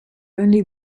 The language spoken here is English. only